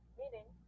meaning